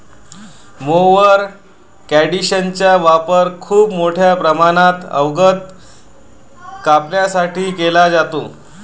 mower कंडिशनरचा वापर खूप मोठ्या प्रमाणात गवत कापण्यासाठी केला जातो